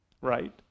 Right